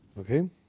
Okay